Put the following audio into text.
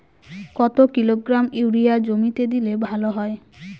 কত kilogram urea জমিতে দিলে ভালো হয়?